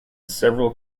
several